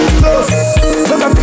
close